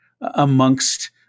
amongst